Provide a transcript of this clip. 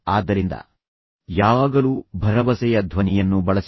ಆದ್ದರಿಂದ ಯಾವಾಗಲೂ ಭರವಸೆಯ ಧ್ವನಿಯನ್ನು ಬಳಸಿ